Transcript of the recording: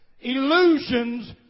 Illusions